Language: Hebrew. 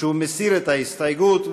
שהוא מסיר את ההסתייגות,